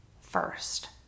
first